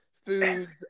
Foods